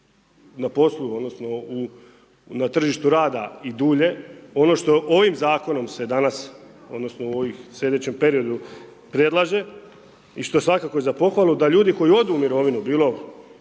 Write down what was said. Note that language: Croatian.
na poslu odnosno na tržištu rada i dulje, ono što ovim zakonom se danas odnosno u ovom slijedećem periodu predlaže i što je svakako za pohvalu, da ljudi koji odu u mirovinu bilo